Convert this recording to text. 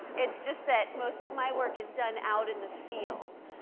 it's just that most of my work is done out in the field.